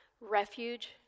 refuge